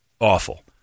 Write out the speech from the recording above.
awful